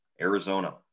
Arizona